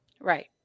Right